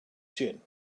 chin